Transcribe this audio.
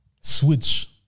switch